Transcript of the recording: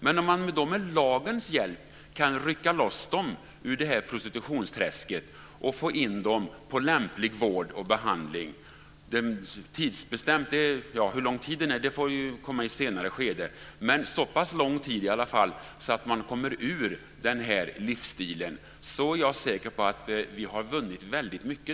Men man kan med lagens hjälp rycka loss dem ur prostitutionsträsket och få in dem i lämplig vård och behandling. Hur lång den tiden är får komma i ett senare skede. Men det ska i varje fall vara så pass lång tid att de kommer ur livsstilen. Då är jag säker på att vi har vunnit väldigt mycket.